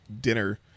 dinner